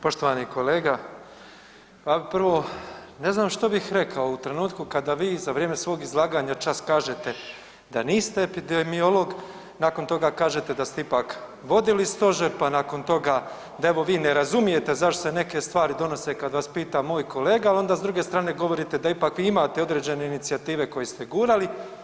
Poštovani kolega, prvo ne znam što bih rekao u trenutku kada vi za vrijeme svog izlaganja čas kažete da niste epidemiolog, nakon toga kažete da ste ipak vodili stožer, pa nakon toga da evo vi ne razumijete zašto se neke stvari donose kad vas pita moj kolega ali onda s druge strane govorite da ipak imate određene inicijative koje ste gurali.